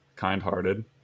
kind-hearted